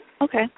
Okay